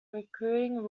recruiting